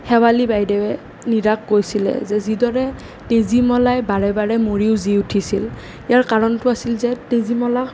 শেৱালি বাইদেৱে মীৰাক কৈছিলে যে যিদৰে তেজীমলাই বাৰে বাৰে মৰিও জী উঠিছিল ইয়াৰ কাৰণটো আছিল যে তেজীমলা